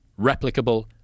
replicable